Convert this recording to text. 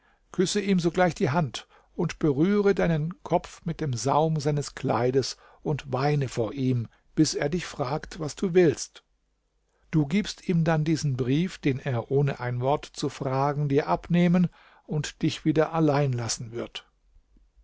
küsse ihm sogleich die hand und berühre deinen kopf mit dem saum seines kleides und weine vor ihm bis er dich fragt was du willst du gibst ihm dann diesen brief den er ohne ein wort zu fragen dir abnehmen und dich wieder allein lassen wird